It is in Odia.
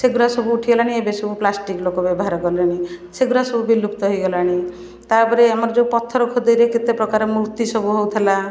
ସେଗୁଡ଼ା ସବୁ ଉଠିଗଲାଣି ଏବେ ସବୁ ପ୍ଲାଷ୍ଟିକ ଲୋକ ବ୍ୟବହାର କଲେଣି ସେଗୁଡ଼ା ସବୁ ବିଲୁପ୍ତ ହେଇଗଲାଣି ତା'ପରେ ଆମର ଯେଉଁ ପଥର ଖୋଦେଇରେ କେତେ ପ୍ରକାର ମୂର୍ତ୍ତି ସବୁ ହେଉଥିଲା